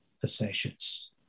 possessions